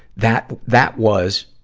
that, that was,